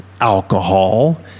alcohol